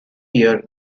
year